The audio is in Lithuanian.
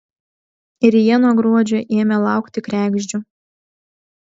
ir jie nuo gruodžio ėmė laukti kregždžių